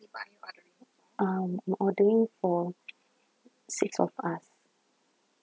um I'm ordering for six of us